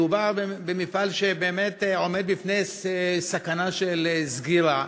מדובר במפעל שבאמת עומד בפני סכנה של סגירה,